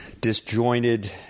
disjointed